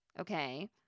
okay